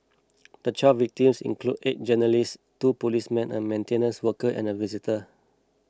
the twelve victims included eight journalists two policemen a maintenance worker and a visitor